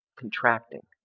contracting